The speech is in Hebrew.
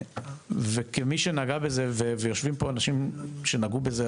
אי-אפשר לבוא ולהגיד לאנשי הסוכנות שבו בצד,